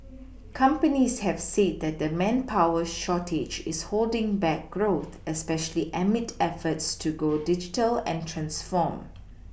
companies have said that the manpower shortage is holding back growth especially amid efforts to go digital and transform